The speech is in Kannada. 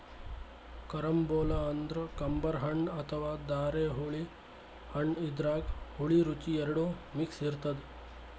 ಕರಂಬೊಲ ಅಂದ್ರ ಕಂಬರ್ ಹಣ್ಣ್ ಅಥವಾ ಧಾರೆಹುಳಿ ಹಣ್ಣ್ ಇದ್ರಾಗ್ ಹುಳಿ ರುಚಿ ಎರಡು ಮಿಕ್ಸ್ ಇರ್ತದ್